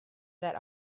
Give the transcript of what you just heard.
that